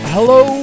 Hello